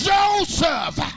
Joseph